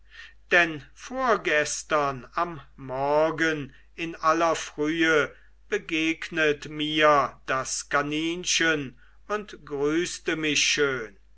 denn vorgestern am morgen in aller frühe begegnet mir das kaninchen und grüßte mich schön